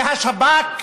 זה השב"כ,